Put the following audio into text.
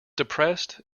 depressed